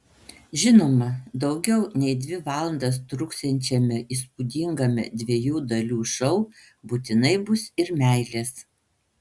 žinoma daugiau nei dvi valandas truksiančiame įspūdingame dviejų dalių šou būtinai bus ir meilės